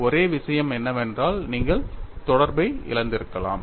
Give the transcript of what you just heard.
ஒரே விஷயம் என்னவென்றால் நீங்கள் தொடர்பை இழந்திருக்கலாம்